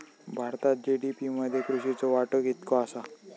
भारतात जी.डी.पी मध्ये कृषीचो वाटो कितको आसा?